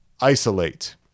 isolate